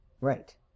Right